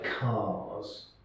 cars